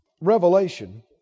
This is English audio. revelation